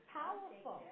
powerful